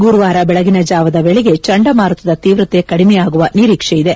ಗುರುವಾರ ಬೆಳಗಿನ ಜಾವದ ವೇಳೆಗೆ ಚಂಡಮಾರುತದ ತೀವ್ರತೆ ಕಡಿಮೆಯಾಗುವ ನಿರೀಕ್ಷೆ ಇದೆ